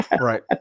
Right